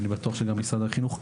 ואני בטוח שגם משרד החינוך,